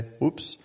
Oops